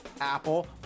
Apple